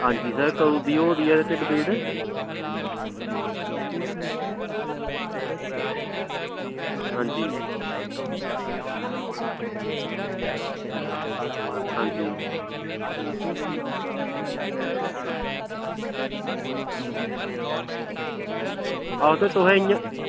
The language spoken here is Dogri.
हां जी सर कदूं दी होआ दी ऐ ढिड्ड पीड़ हां जी हां जी हां ते तुस इयां